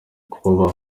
kuba